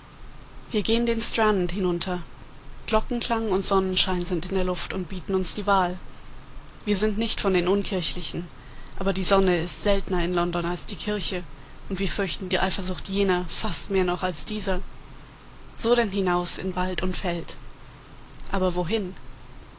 wir gehen den strand hinunter glockenklang und sonnenschein sind in der luft und bieten uns die wahl wir sind nicht von den unkirchlichen aber die sonne ist seltner in london als die kirche und wir fürchten die eifersucht jener fast mehr noch als dieser so denn hinaus in wald und feld aber wohin